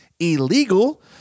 illegal